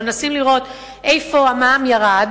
ומנסים לראות איפה המע"מ ירד,